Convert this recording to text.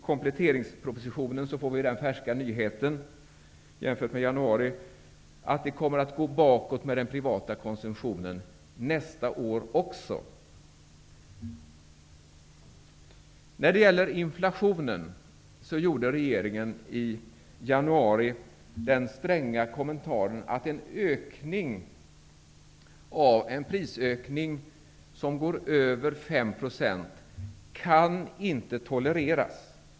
Kompletteringspropositionen innehåller den färska nyheten, i jämförelse med budgetpropositionen i januari, att den privata konsumtionen kommer att minska även nästa år. När det gäller inflationen gjorde regeringen i januari den stränga kommentaren att en prisökning på mer än 5 % inte kan tolereras.